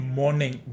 morning